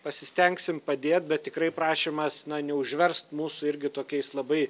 pasistengsim padėt bet tikrai prašymas na neužverst mūsų irgi tokiais labai